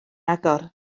agor